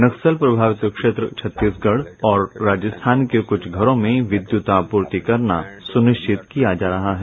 नक्सल प्रभावित क्षेत्र छत्तीसगढ़ और राजस्थान के कुछ घरों में विद्युत आपूर्ति करना सुनिश्चित किया जा रहा है